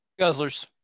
Guzzlers